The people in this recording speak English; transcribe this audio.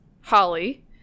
Holly